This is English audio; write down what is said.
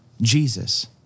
Jesus